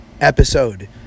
episode